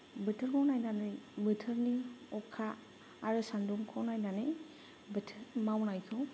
बोथोरखौ नायनानै बोथोरनि अखा आरो सानदुंखौ नायनानै बोथोराव मावनायखौ